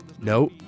No